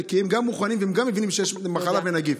כי הם גם מוכנים והם גם מבינים שיש מחלה ונגיף.